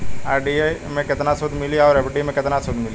RD मे केतना सूद मिली आउर एफ.डी मे केतना सूद मिली?